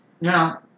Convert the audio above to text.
Now